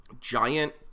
Giant